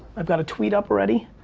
i've got a tweet up already.